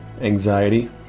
anxiety